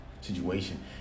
situation